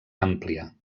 àmplia